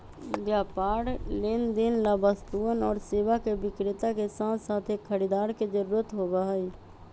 व्यापार लेनदेन ला वस्तुअन और सेवा के विक्रेता के साथसाथ एक खरीदार के जरूरत होबा हई